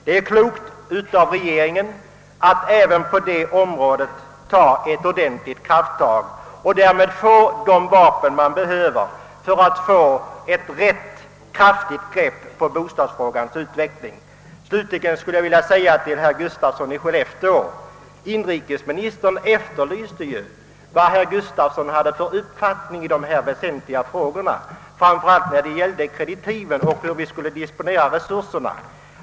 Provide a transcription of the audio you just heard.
Det är klokt av regeringen att även på detta område ta ett ordentligt krafttag och skaffa sig det vapen som behövs för att få ett riktigt och fast grepp på bostadsfrågans utveckling. Slutligen vill jag till herr Gustafsson i Skellefteå säga, att inrikesministern ju efterlyste vad herr Gustafsson hade för uppfattning i dessa väsentliga frågor, framför allt när det gällde kreditiven och hur vi skulle disponera resurserna.